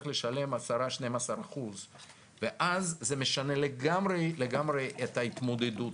לשלם 10% 12% ואז זה משנה לגמרי את ההתמודדות.